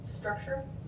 structure